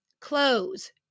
clothes